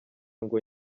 ngo